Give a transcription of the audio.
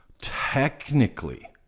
Technically